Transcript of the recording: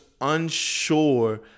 unsure